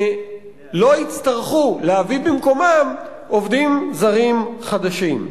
שלא יצטרכו להביא במקומם עובדים זרים חדשים.